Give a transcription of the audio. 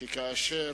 כי כאשר